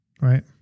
right